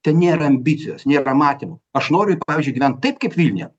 ten nėra ambicijos nėra matymo aš noriu pavyzdžiui gyvent taip kaip vilniuje